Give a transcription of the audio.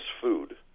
food